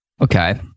Okay